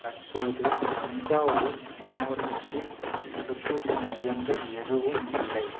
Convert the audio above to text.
தற்போது தஞ்சாவூர் மாவட்டத்தில் தடுப்பூசி மையங்கள் எதுவும் இல்லை